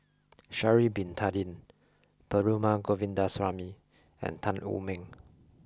Sha'ari Bin Tadin Perumal Govindaswamy and Tan Wu Meng